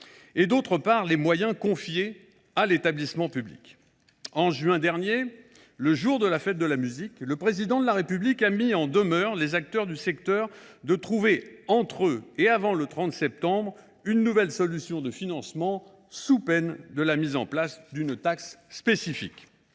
et, d’autre part, les moyens réellement confiés à cet établissement public. Au mois de juin dernier, le jour de la fête de la musique, le Président de la République a mis en demeure les acteurs du secteur de trouver entre eux, et avant le 30 septembre, une nouvelle solution de financement, sous peine de la mise en place d’une taxe spécifique.